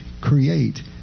create